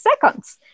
seconds